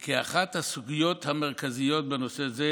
כי אחת הסוגיות המרכזיות בנושא זה